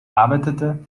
arbeitete